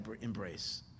embrace